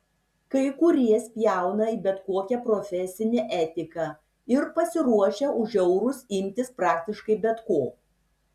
kai kurie spjauna į bet kokią profesinę etiką ir pasiruošę už eurus imtis praktiškai bet ko